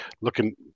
looking